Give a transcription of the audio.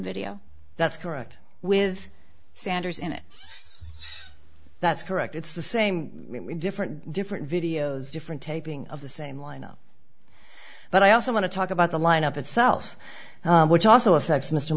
video that's correct with sanders in it that's correct it's the same different different videos different taping of the same lineup but i also want to talk about the lineup itself which also affects m